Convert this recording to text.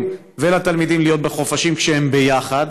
ולתלמידים להיות בחופשים כשהם ביחד,